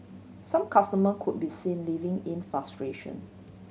some customer could be seen leaving in frustration